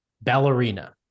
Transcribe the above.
Ballerina